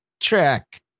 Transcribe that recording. track